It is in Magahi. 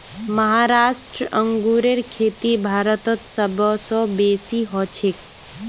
महाराष्ट्र अंगूरेर खेती भारतत सब स बेसी हछेक